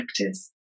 practice